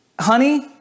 honey